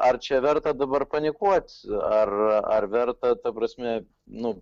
ar čia verta dabar panikuot ar ar verta ta prasme nu